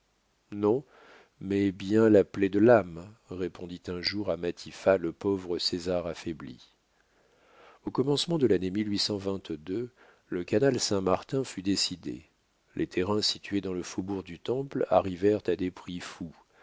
non mais bien la plaie de l'âme répondit un jour à matifat le pauvre césar affaibli au commencement de l'année le canal saint-martin fut décidé les terrains situés dans le faubourg du temple arrivèrent à des prix fous